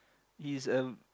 he is a